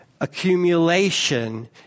accumulation